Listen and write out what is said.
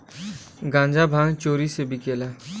गांजा भांग चोरी से बिकेला